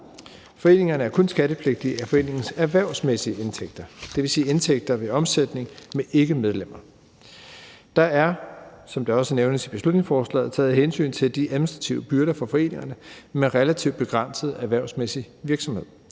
Foreningerne er kun skattepligtige af foreningens erhvervsmæssige indtægter, dvs. indtægter ved omsætning med ikkemedlemmer. Der er, som det også nævnes i beslutningsforslaget, taget hensyn til de administrative byrder for foreningerne med en relativt begrænset erhvervsmæssig virksomhed.